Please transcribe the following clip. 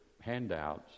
handouts